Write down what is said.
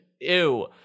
ew